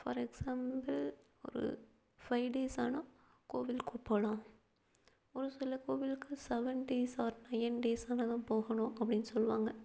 for example ஒரு five days ஆனால் கோவிலுக்கு போகலாம் ஒரு சில கோவிலுக்கு seven days or nine days ஆனால் தான் போகணும் அப்படின்னு சொல்லுவாங்க